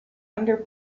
under